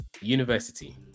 university